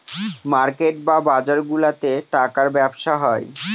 market বা বাজারগুলাতে টাকার ব্যবসা হয়